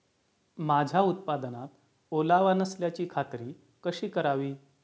माझ्या उत्पादनात ओलावा नसल्याची खात्री कशी करावी?